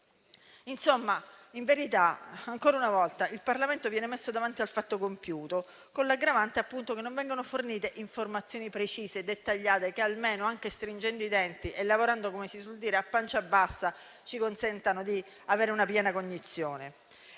Insomma, in verità, ancora una volta il Parlamento viene messo davanti al fatto compiuto, con l'aggravante che non vengono fornite informazioni precise e dettagliate che almeno, stringendo i denti e lavorando, come si suol dire, a pancia bassa, ci consentano di avere una piena cognizione.